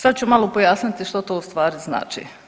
Sad ću malo pojasniti što to u stvari znači.